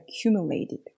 accumulated